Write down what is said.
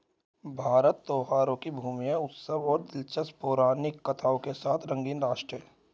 भारत त्योहारों की भूमि है, उत्सवों और दिलचस्प पौराणिक कथाओं के साथ रंगीन राष्ट्र है